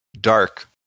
Dark